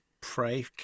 pray